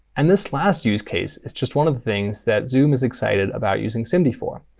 and this last use case is just one of the things that zoom is excited about using simd for.